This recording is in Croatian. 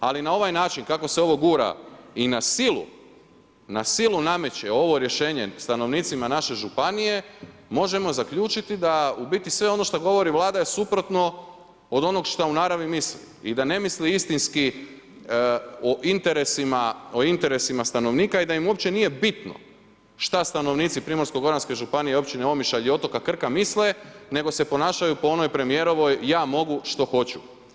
Ali na ovaj način kako se ovo gura i na silu, na silu nameće ovo rješenje stanovnicima naše županije, možemo zaključiti da u biti sve ono što govori Vlada je suprotno od onog šta u naravi misli i da ne misli istinski o interesima stanovnika i da im uopće nije bitno šta stanovnici PGŽ-a, Općine Omišalj i otoka Krka misle, nego se ponašaju po onome premijerovoj, „Ja mogu što hoću“